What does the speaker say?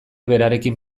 berarekin